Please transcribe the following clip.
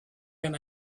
going